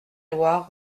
loi